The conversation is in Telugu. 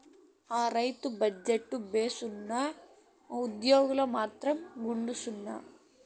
ఆ, రైలు బజెట్టు భేసుగ్గున్నా, ఉజ్జోగాలు మాత్రం గుండుసున్నా